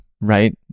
right